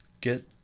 get